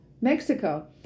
Mexico